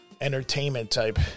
entertainment-type